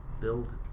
build